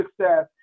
success